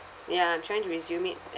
ya trying to resume it